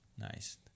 Nice